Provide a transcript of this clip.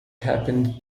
happened